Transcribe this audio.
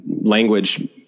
language